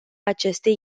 acestei